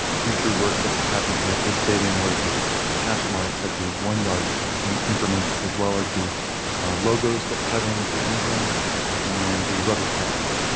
future work that will happen here at this stadium where the hash marks at the one yard increments as well as the logos get cut in at the end zones and the rubber pellets,